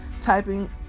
Typing